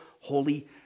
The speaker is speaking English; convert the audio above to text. holy